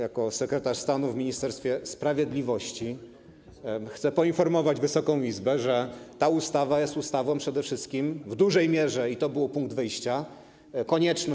Jako sekretarz stanu w Ministerstwie Sprawiedliwości chcę poinformować Wysoką Izbę, że ta ustawa jest ustawą przede wszystkim - w dużej mierze, i to był punkt wyjścia - konieczną.